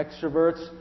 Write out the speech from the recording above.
extroverts